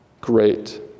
great